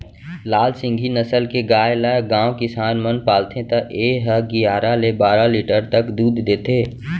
लाल सिंघी नसल के गाय ल गॉँव किसान मन पालथे त ए ह गियारा ले बारा लीटर तक दूद देथे